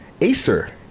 Acer